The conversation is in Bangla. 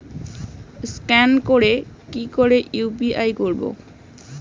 স্ক্যান করে কি করে ইউ.পি.আই করবো?